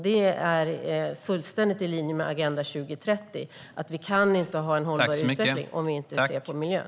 Det är fullständigt i linje med Agenda 2030. Vi kan inte ha en hållbar utveckling om vi inte ser på miljön.